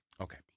Okay